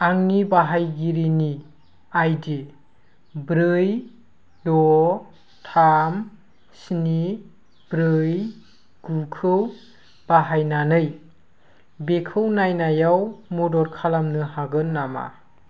आंनि बाहायगिरिनि आइडि ब्रै द थाम स्नि ब्रै गुखौ बाहायनानै बेखौ नायनायाव मदद खालामनो हागोन नामा